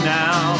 now